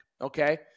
Okay